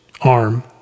arm